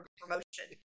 promotion